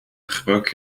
gebruik